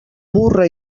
burra